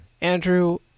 Andrew